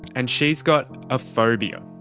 and she has got a phobia.